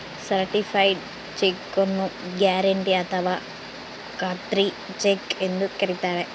certified cheque ನ್ನು guarantee ಅಥಾವ ಖಾತ್ರಿ ಚೆಕ್ ಎಂದು ಕರಿತಾರೆ